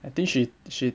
I think she she